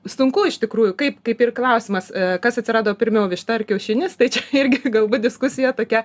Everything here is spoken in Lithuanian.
sunku iš tikrųjų kaip kaip ir klausimas kas atsirado pirmiau višta ar kiaušinis tai čia irgi galbūt diskusija tokia